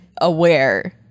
aware